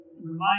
remind